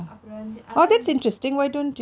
அப்புறம் வந்து ஆனா வந்து:appuram vanthu aanaa vanthu